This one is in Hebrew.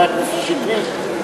חבר הכנסת שטרית,